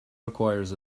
requires